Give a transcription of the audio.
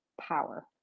power